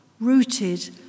rooted